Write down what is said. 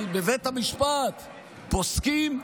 אבל בבית המשפט פוסקים,